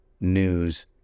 news